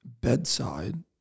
bedside